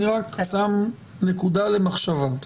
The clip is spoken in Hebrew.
נקודה למחשבה.